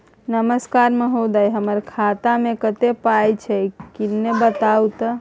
नमस्कार महोदय, हमर खाता मे कत्ते पाई छै किन्ने बताऊ त?